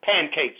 pancakes